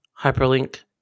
Hyperlink